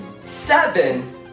seven